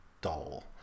dull